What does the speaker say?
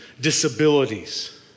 disabilities